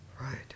Right